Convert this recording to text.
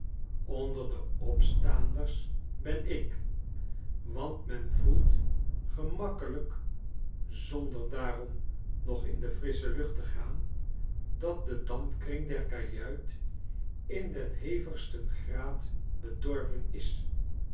onder de opstaanders ben ik want men voelt gemakkelijk zonder daarom nog in de frissche lucht te gaan dat de dampkring der kajuit in den hevigsten graad bedorven is